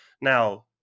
now